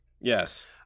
yes